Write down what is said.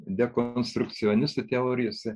dekonstrukcionistų teorijose